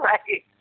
Right